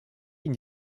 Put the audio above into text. une